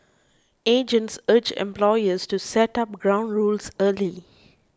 agents urged employers to set up ground rules early